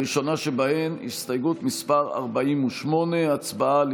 הראשונה שבהן היא הסתייגות מס' 48. הצבעה על